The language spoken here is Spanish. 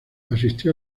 asistió